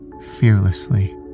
fearlessly